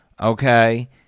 Okay